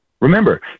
Remember